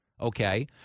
Okay